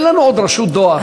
אין לנו עוד רשות דואר.